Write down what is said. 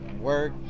work